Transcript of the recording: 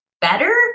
better